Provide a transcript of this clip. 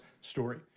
story